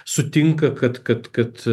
sutinka kad kad kad